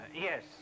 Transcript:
Yes